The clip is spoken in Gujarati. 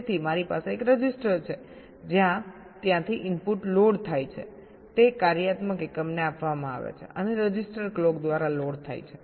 તેથી મારી પાસે એક રજિસ્ટર છે જ્યાં ત્યાંથી ઇનપુટ લોડ થાય છે તે કાર્યાત્મક એકમને આપવામાં આવે છે અને રજિસ્ટર ક્લોક દ્વારા લોડ થાય છે